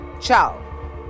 Ciao